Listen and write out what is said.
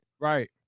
Right